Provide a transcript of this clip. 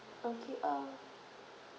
okay uh